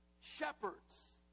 shepherds